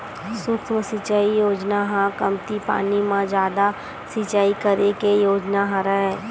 सुक्ष्म सिचई योजना ह कमती पानी म जादा सिचई करे के योजना हरय